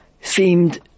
seemed